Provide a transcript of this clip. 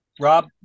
Rob